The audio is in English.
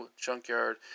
junkyard